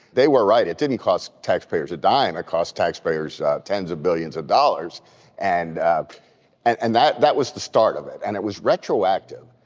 they were right. it didn't cost taxpayers a dime, it costs taxpayers ten s of billions of dollars and and and that that was the start of it. and it was retroactive.